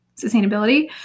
sustainability